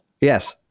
Yes